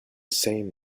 same